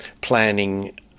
planning